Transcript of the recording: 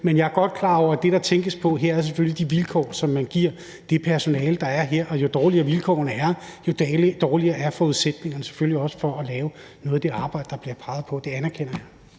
Men jeg er godt klar over, at det, der tænkes på her, selvfølgelig er de vilkår, som man giver det personale, der er her. Og jo dårligere vilkårene er, jo dårligere er forudsætningerne selvfølgelig også for at lave noget af det arbejde, der bliver peget på. Det anerkender jeg.